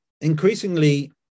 increasingly